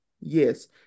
Yes